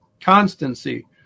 constancy